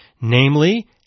namely